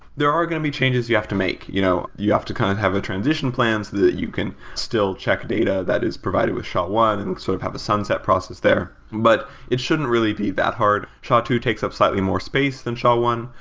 there are going to be changes you have to make. you know you have to kinda kind of have a transition plans that you can still check data that is provided with sha one and sort of a sunset process there. but it shouldn't really be that hard. sha two takes up slightly more space than sha one,